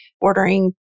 ordering